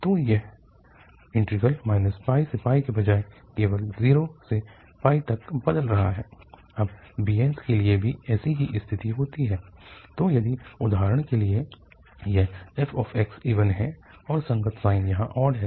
तो अब यह इंटीग्रल से के बजाय केवल 0 से तक बदल रहा है अबbn के लिए भी ऐसी ही स्थिति होती है तो यदि उदाहरण के लिए यह f इवन है और संगत साइन यहाँ ऑड है